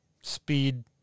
Speed